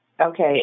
Okay